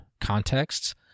contexts